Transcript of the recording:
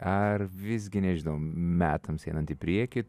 ar visgi nežinau metams einant į priekį